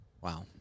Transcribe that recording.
Wow